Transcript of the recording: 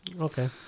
Okay